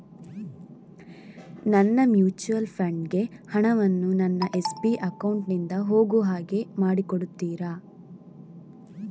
ನನ್ನ mutual fund ಗೆ ಹಣ ವನ್ನು ನನ್ನ ಎಸ್.ಬಿ ಅಕೌಂಟ್ ನಿಂದ ಹೋಗು ಹಾಗೆ ಮಾಡಿಕೊಡುತ್ತೀರಾ?